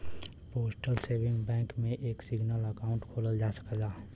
postal saving bank में एक single account खोलल जा सकला